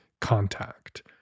contact